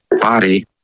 Body